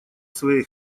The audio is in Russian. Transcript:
своей